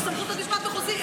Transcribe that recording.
ואין לך אפשרות כזאת.